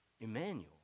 Emmanuel